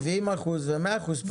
70 אחוזים ו-100 אחוזים פחות.